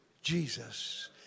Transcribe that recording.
Jesus